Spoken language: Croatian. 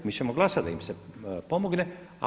Mi ćemo glasat da im se pomogne.